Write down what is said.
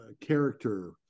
character